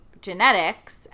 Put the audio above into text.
genetics